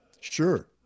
Sure